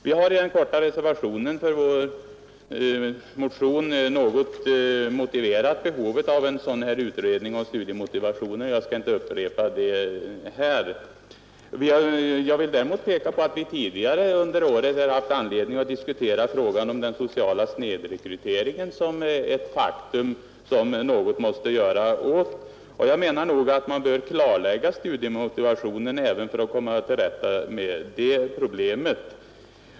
Vi har i den korta reservationen för vår motion något motiverat behovet av en utredning om studiemotivationen, och jag skall inte upprepa det här. Jag vill däremot påpeka att vi tidigare under året haft anledning att diskutera frågan om den sociala snedrekryteringen som är ett faktum man måste göra något åt. Jag menar att man bör klarlägga studiemotivationen även för att komma till rätta med det problemet.